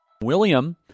William